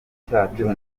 cyacu